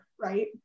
right